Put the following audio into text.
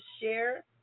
share